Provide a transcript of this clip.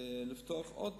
לפתוח עוד